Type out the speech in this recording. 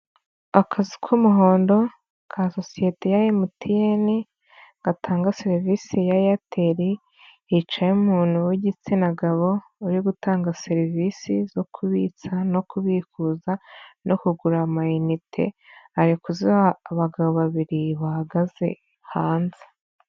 Akazi k'umuhondo ka sosiyete ya MTN gatanga serivisi ya Airtel hicaye umuntu w'igitsina gabo uri gutanga serivisi zo kubitsa no kubikuza no kugura ama inite ari kuziha abagabo babiri bahagaze hanze.